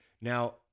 Now